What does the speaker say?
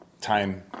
time